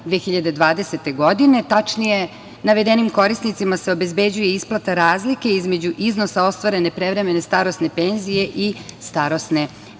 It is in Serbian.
2020. godine, tačnije navedenim korisnicima se obezbeđuje isplata razlike između iznosa ostvarene prevremene starosne penzije i starosne penzije. Dakle,